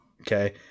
okay